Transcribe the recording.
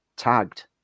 tagged